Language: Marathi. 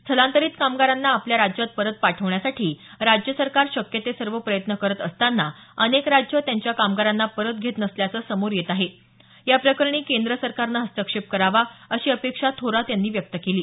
स्थलांतरित कामगारांना आपल्या राज्यात परत पाठवण्यासाठी राज्य सरकार शक्य ते सर्व प्रयत्न करत असताना अनेक राज्यं त्यांच्या कामगारांना परत घेत नसल्याचं समोर येत आहे या प्रकरणी केंद्र सरकारनं हस्तक्षेप करावा अशी अपेक्षा थोरात यांनी व्यक्त केली आहे